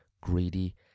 greedy